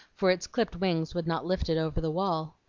for its clipped wings would not lift it over the wall.